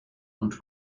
und